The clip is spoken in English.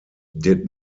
did